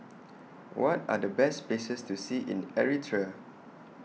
What Are The Best Places to See in Eritrea